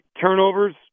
turnovers